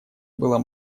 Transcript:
было